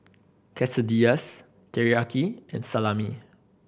Quesadillas Teriyaki and Salami